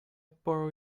borrow